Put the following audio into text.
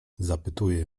zapytuje